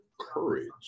courage